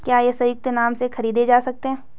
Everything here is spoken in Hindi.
क्या ये संयुक्त नाम से खरीदे जा सकते हैं?